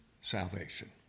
salvation